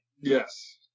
Yes